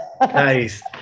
nice